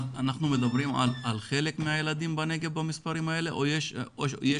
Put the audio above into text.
אנחנו מדברים על חלק מהילדים בנגב במספרים האלה או שיש